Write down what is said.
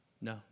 No